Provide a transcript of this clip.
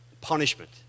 punishment